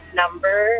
number